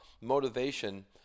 motivation